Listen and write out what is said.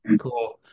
Cool